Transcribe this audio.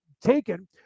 taken